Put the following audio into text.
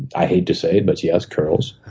i hate to say it, but yes, curls.